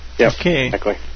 Okay